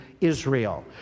Israel